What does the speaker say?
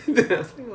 ah